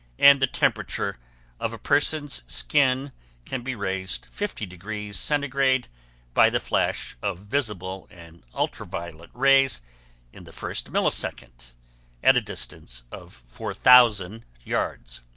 and the temperature of a person's skin can be raised fifty degrees centigrade by the flash of visible and ultra-violet rays in the first millisecond at a distance of four thousand yards.